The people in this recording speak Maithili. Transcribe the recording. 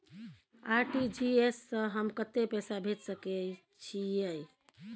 आर.टी.जी एस स हम कत्ते पैसा भेज सकै छीयै?